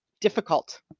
difficult